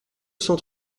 cent